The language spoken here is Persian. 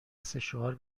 سشوار